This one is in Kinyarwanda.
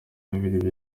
bibiri